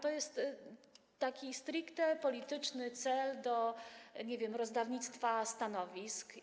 To jest stricte polityczny cel, nie wiem, rozdawnictwa stanowisk.